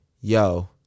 yo